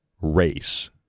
race